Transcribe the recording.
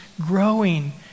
growing